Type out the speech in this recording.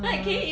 err